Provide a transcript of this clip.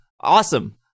Awesome